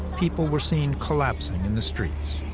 people were seen collapsing in the streets.